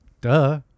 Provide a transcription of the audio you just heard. Duh